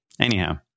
anyhow